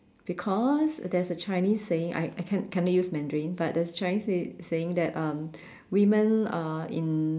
because there's a Chinese saying I I can't cannot use Mandarin but there's a Chinese say~ saying that um women uh in